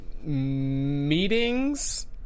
meetings